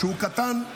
שהוא קטן,